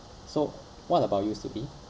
so what about you soo ee